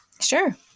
Sure